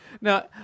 Now